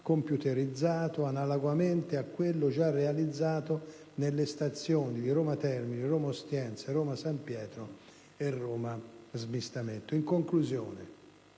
computerizzato, analogamente a quello già realizzato nelle stazioni di Roma Termini, Roma Ostiense, Roma San Pietro e Roma Smistamento. In conclusione,